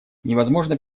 невозможно